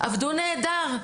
עבדו נהדר.